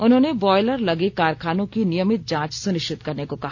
उन्होंने बॉयलर लगे कारखानों की नियमित जांच सुनिश्चित करने को कहा